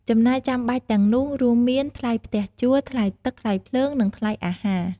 ចំណាយចាំបាច់ទាំងនោះរួមមាន ថ្លៃផ្ទះជួល ថ្លៃទឹក ថ្លៃភ្លើង និងថ្លៃអាហារ។